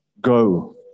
go